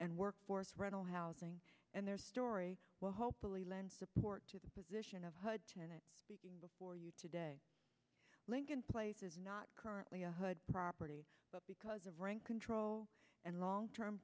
and workforce rental housing and their story will hopefully lend support to the position of janet before you today lincoln place is not currently a good property but because of rent control and long term